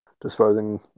disposing